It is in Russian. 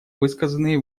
высказанные